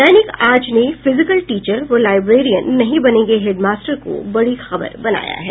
दैनिक आज ने physical teacher व लाइब्रेरियत नहीं बनेंगे हेडमास्टर को बड़ी खबर बनाया है